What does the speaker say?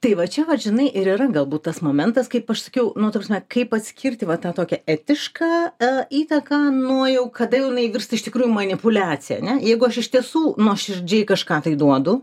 tai va čia vat žinai ir yra galbūt tas momentas kaip aš sakiau nu ta prasme kaip atskirti va tokią etišką a įtaką nuo jau kada jau jinai virsta iš tikrųjų manipuliacija ane jeigu aš iš tiesų nuoširdžiai kažką tai duodu